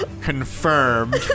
confirmed